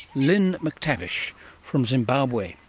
lynne mactavish from zimbabwe,